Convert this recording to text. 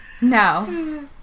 No